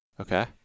Okay